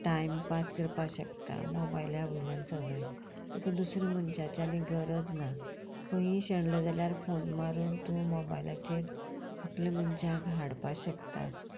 timepass करपा शकता मोबायल्या वयल्यान सगळें तुका दुसऱ्या मनशाची आनी गरज ना खंयी शेणलो जाल्यार फोन मारून तूं मोबायलाचेर आपल्या मनशाक हाडपा शकता